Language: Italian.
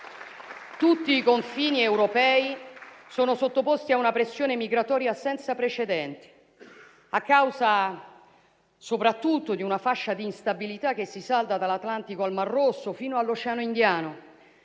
Tutti i confini europei sono sottoposti a una pressione migratoria senza precedenti, a causa soprattutto di una fascia di instabilità che si salda dall'Atlantico al Mar Rosso, fino all'Oceano Indiano;